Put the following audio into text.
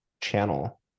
channel